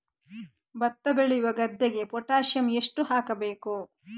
ಭತ್ತ ಬೆಳೆಯುವ ಗದ್ದೆಗೆ ಪೊಟ್ಯಾಸಿಯಂ ಎಷ್ಟು ಹಾಕಬೇಕು?